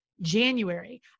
January